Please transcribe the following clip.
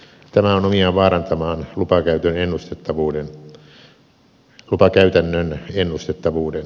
tämä on omiaan vaarantamaan lupakäytännön ennustettavuuden